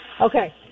Okay